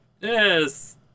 Yes